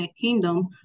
Kingdom